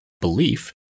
belief